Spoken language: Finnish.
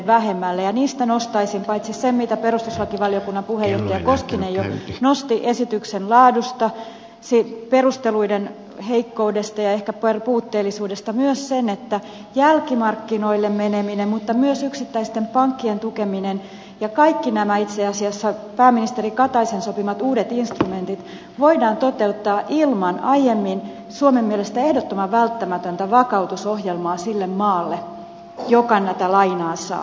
niistä nostaisin esille paitsi sen mitä perustuslakivaliokunnan puheenjohtaja koskinen jo nosti esityksen laadusta perusteluiden heikkoudesta ja ehkä puutteellisuudesta myös sen että jälkimarkkinoille meneminen mutta myös yksittäisten pankkien tukeminen ja itse asiassa kaikki nämä pääministeri kataisen sopimat uudet instrumentit voidaan toteuttaa ilman aiemmin suomen mielestä ehdottoman välttämätöntä vakautusohjelmaa sille maalle joka tätä lainaa saa